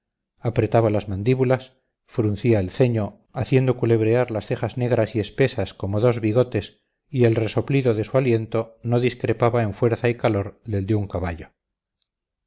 apretaba las mandíbulas fruncía el ceño haciendo culebrear las cejas negras y espesas como dos bigotes y el resoplido de su aliento no discrepaba en fuerza y calor del de un caballo